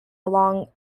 along